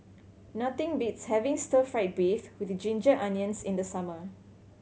nothing beats having stir fried beef with ginger onions in the summer